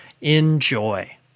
Enjoy